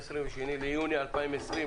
ה-22 ביוני 2020,